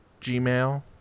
Gmail